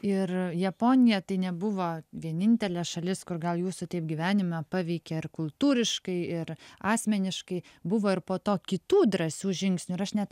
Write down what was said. ir japonija tai nebuvo vienintelė šalis kur gal jūsų taip gyvenimą paveikė ir kultūriškai ir asmeniškai buvo ir po to kitų drąsių žingsnių ir aš net